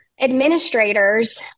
administrators